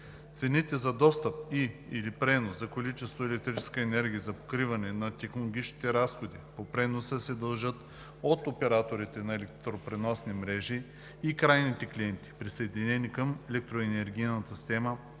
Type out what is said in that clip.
Цените за достъп и/или пренос за количеството електрическа енергия за покриване на технологичните разходи по преноса се дължат от операторите на електроразпределителните мрежи и крайните клиенти, присъединени към електроенергийната система,